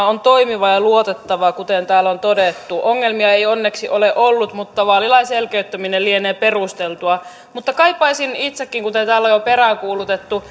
on toimiva ja luotettava kuten täällä on todettu ongelmia ei onneksi ole ollut mutta vaalilain selkeyttäminen lienee perusteltua mutta kaipaisin itsekin kuten täällä on jo peräänkuulutettu